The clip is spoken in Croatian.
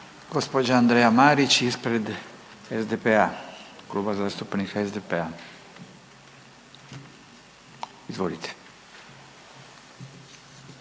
Gospođa Andreja Marić ispred SDP-a, Kluba zastupnika SDP-a. Izvolite.